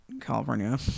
California